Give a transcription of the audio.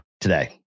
today